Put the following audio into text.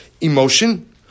emotion